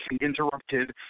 interrupted